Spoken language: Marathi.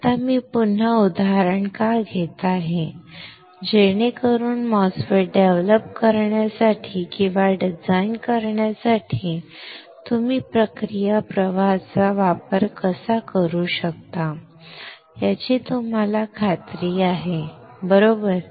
आता मी पुन्हा उदाहरण का घेत आहे जेणेकरून MOSFET डेव्हलप करण्यासाठी किंवा डिझाइन करण्यासाठी तुम्ही प्रक्रिया प्रवाहाचा वापर कसा करू शकता याची तुम्हाला खात्री आहे बरोबर